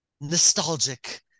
nostalgic